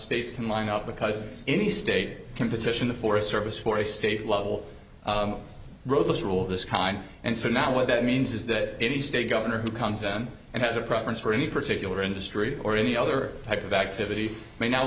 can line up because any state can petition the forest service for a state level roadless rule of this kind and so now what that means is that any state governor who comes in and has a preference for any particular industry or any other type of activity may now